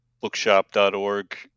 bookshop.org